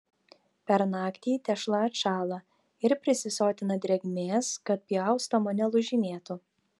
per naktį tešla atšąla ir prisisotina drėgmės kad pjaustoma nelūžinėtų